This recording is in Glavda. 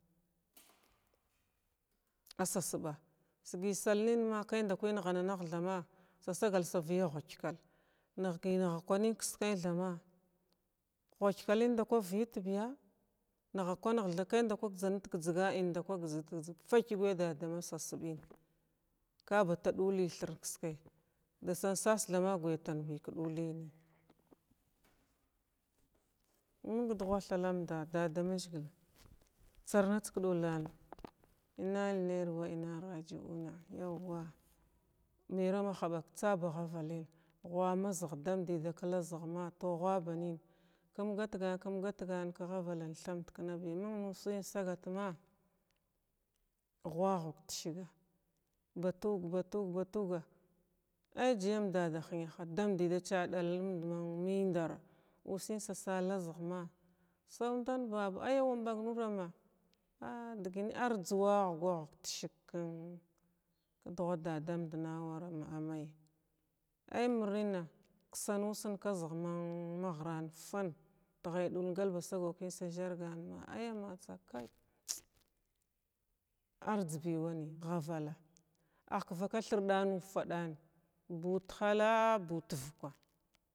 Asasɓa sgəy sgal nən ma kay ndakəy nighana-nghəg thama sa sagal da vəya ghwaghlla nəkgəy nəghwa kwa nən kiskay thama ghragchellən ndakəy vəyət biya nghkwa nəlgwa kay ndakəy gizanət gəjzga inda kəy gjzət gəjzga fək gyadəda ma sasbən ka ba tada ɗullən thrin kiskay da san sas thama gwəya tan bi k ɗulləni nəy duhwa thalanda dadamazhigəl tsarnatsəg k ɗullan inna lallahi wa intaht rajuna yawwa marama haɓak tsa ba ghavadən ghwa ma zəh damdəy da kla zəha tow ghwa ba nən kum gatgan kum gatgan ka ghavallən thamdknabi məng musən sagat ma ghwa ghrəg ta siga ba toug- ba toug ba tougwa hy jyam dada hənaha damdəy da cha ɗal nəmd mən məndara’a ussən sasa la zəghma saw ɗan baba ay awa bag muram na aa dəgən arjza wa ghugwa hug ta sigkən dughwa dadaudna awaram amay ay miranəna ksa musən ka zəgh man ma ghiran fan tghayaɗul gal ba sagwa kən da zargsnms sy amatsa kay arjz biwanəy ghavala ahk vaka thirdn ufaɗan buu ta hall buu ta vukwa.